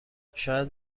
شاید